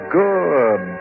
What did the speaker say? good